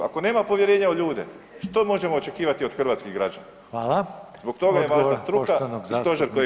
Ako nema povjerenja u ljude što možemo očekivati od hrvatskih građana [[Upadica: Hvala.]] Zbog toga je važna struka i stožer kojeg